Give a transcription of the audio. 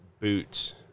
Boots